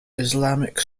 islamic